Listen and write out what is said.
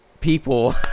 people